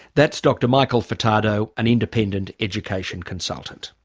that's dr michael furtado, an independent education consultant